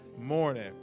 morning